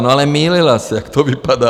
No, ale mýlila se, jak to vypadá.